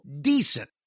decent